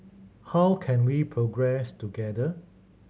how can we progress together